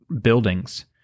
buildings